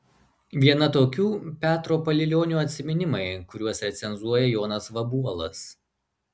viena tokių petro palilionio atsiminimai kuriuos recenzuoja jonas vabuolas